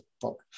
book